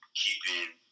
keeping